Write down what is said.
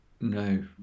No